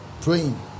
praying